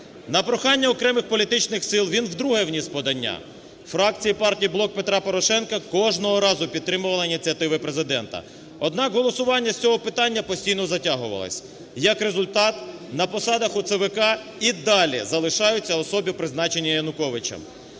На прохання окремих політичних сил він вдруге вніс подання. Фракція партії "Блок Петра Порошенка" кожного разу підтримувала ініціативи Президента. Однак голосування з цього питання постійно затягувалось. Як результат, на посадах у ЦВК і далі залишаються особи, призначені Януковичем.